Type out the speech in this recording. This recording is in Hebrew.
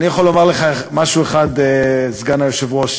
אני יכול לומר לך משהו אחד, סגן היושב-ראש,